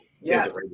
Yes